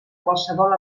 qualsevol